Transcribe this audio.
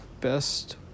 best